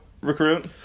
recruit